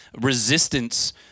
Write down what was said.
resistance